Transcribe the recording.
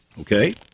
Okay